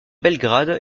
belgrade